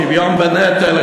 שוויון בנטל,